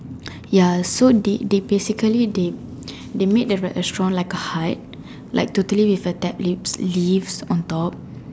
ya so they they basically they they made the restaurant like a hut like to tree with a tap leaf leaf on top